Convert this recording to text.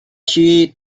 she